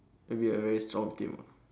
it'll be a very strong team ah